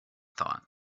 thought